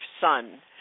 son